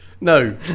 no